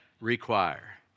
require